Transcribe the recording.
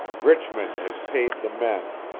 richmond has paid the men.